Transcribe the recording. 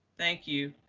thank you.